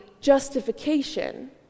justification